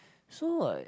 so like